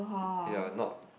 ya not